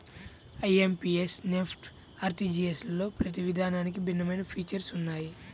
IMPS, NEFT, ఆర్టీజీయస్లలో ప్రతి విధానానికి భిన్నమైన ఫీచర్స్ ఉన్నయ్యి